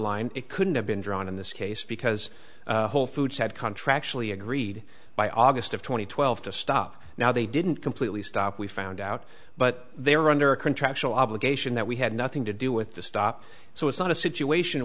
line it couldn't have been drawn in this case because whole foods had contracts fully agreed by august of two thousand and twelve to stop now they didn't completely stop we found out but they were under a contractual obligation that we had nothing to do with the stop so it's not a situation